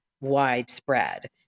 widespread